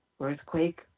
earthquake